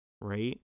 right